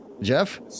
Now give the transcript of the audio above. Jeff